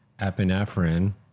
epinephrine